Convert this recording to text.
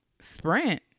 sprint